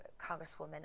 Congresswoman